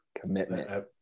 commitment